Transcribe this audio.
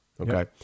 Okay